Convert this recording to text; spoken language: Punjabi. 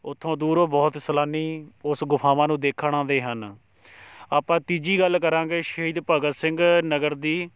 ਉੱਥੋਂ ਦੂਰੋਂ ਬਹੁਤ ਸੈਲਾਨੀ ਉਸ ਗੁਫਾਵਾਂ ਨੂੰ ਦੇਖਣ ਆਉਂਦੇ ਹਨ ਆਪਾਂ ਤੀਜੀ ਗੱਲ ਕਰਾਂਗੇ ਸ਼ਹੀਦ ਭਗਤ ਸਿੰਘ ਨਗਰ ਦੀ